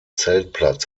zeltplatz